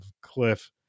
Cliff